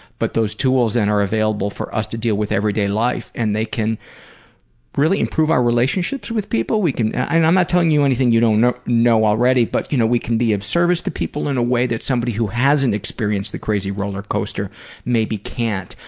but those tools then are available for us to deal with everyday life. and they can really improve our relationships with people. i'm not telling you anything you don't know know already, but you know we can be of service to people in a way that somebody who hasn't experienced the crazy rollercoaster maybe can't.